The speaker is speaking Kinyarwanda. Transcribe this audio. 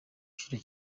cyiciro